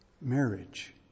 marriage